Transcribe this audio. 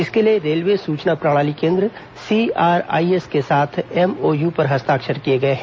इसके लिए रेलवे सूचना प्रणाली केंद्र सीआरआईएस के साथ एमओयू पर हस्ताक्षर किए गए हैं